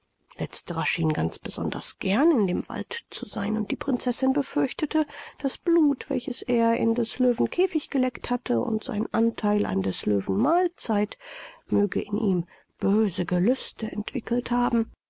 letzterer schien ganz besonders gern in dem wald zu sein und die prinzessin befürchtete das blut welches er in des löwen käfig geleckt hatte und sein antheil an des löwen mahlzeit möge in ihm böse gelüste entwickelt haben